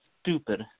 stupid